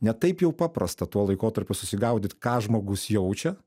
ne taip jau paprasta tuo laikotarpiu susigaudyt ką žmogus jaučia